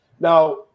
Now